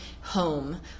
home